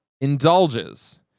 indulges